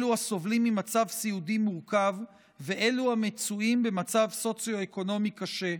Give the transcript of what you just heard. אלו הסובלים ממצב סיעודי מורכב ואלו המצויים במצב סוציו-אקונומי קשה.